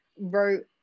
wrote